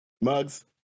Mugs